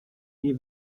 nie